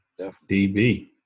DB